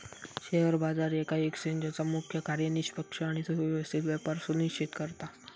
share बाजार येका एक्सचेंजचा मुख्य कार्य निष्पक्ष आणि सुव्यवस्थित व्यापार सुनिश्चित करता